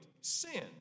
sin